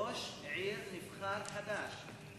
ראש עיר נבחר חדש,